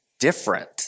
different